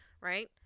right